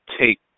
take